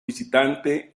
visitante